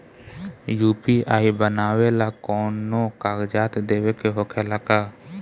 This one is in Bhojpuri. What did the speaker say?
यू.पी.आई बनावेला कौनो कागजात देवे के होखेला का?